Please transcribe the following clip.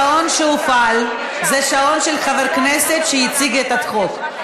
השעון שהופעל זה שעון של חבר הכנסת שהציג את החוק.